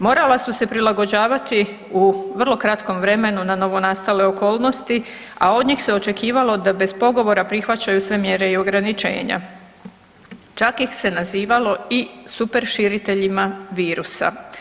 Morala su se prilagođavati u vrlo kratkom vremenu na novonastale okolnosti a od njih se očekivalo da bez pogovora prihvaćaju sve mjere i ograničenja, čak ih se nazivalo i superširiteljima virusa.